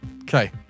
Okay